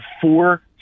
four